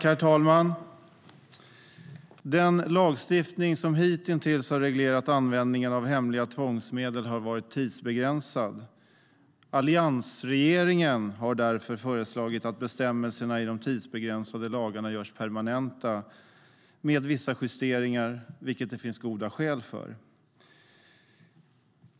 Herr talman! Den lagstiftning som hitintills har reglerat användningen av hemliga tvångsmedel har varit tidsbegränsad. Alliansregeringen har därför föreslagit att bestämmelserna i de tidsbegränsade lagarna görs permanenta med vissa justeringar, vilket det finns goda skäl för.